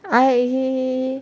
but I